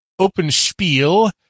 OpenSpiel